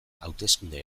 hauteskunde